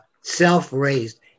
self-raised